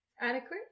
Adequate